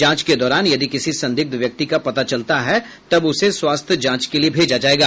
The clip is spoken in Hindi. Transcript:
जांच के दौरान यदि किसी संदिग्ध व्यक्ति का पता चलता है तब उसे स्वास्थ्य जांच के लिए भेजा जाएगा